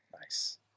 Nice